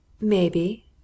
Maybe